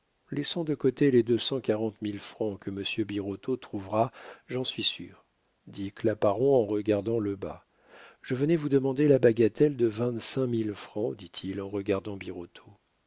laissons de côté les deux cent quarante mille francs que monsieur birotteau trouvera j'en suis sûr dit claparon en regardant lebas je venais vous demander la bagatelle de vingt-cinq mille francs dit-il en regardant